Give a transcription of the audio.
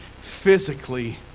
physically